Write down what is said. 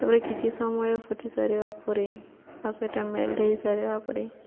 ତାପରେ କିଛି ସମୟ ଫୁଟି ସାରିବା ପରେ ବା ସେଇଟା ମେଲ୍ଟ ହୋଇସାରିବା ପରେ